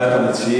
מה אתה מציע?